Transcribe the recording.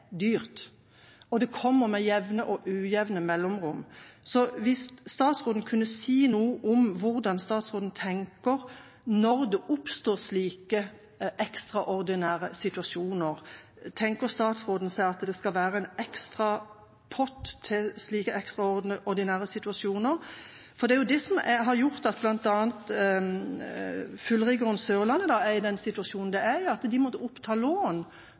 oppstår slike ekstraordinære situasjoner: Tenker statsråden seg at det skal være en ekstra pott til slike ekstraordinære situasjoner? Det er det som har gjort at bl.a. Stiftelsen Fullriggeren Sørlandet er i den situasjonen de er i, at de måtte oppta lån